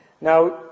Now